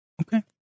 Okay